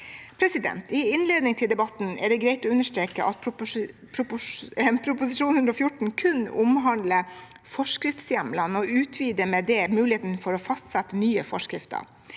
belastningen. I innledningen til debatten er det greit å understreke at proposisjonen kun omhandler forskriftshjemlene og med det utvider muligheten for å fastsette nye forskrifter.